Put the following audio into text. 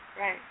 Right